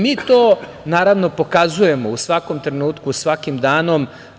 Mi to pokazujemo u svakom trenutku, svakim danom.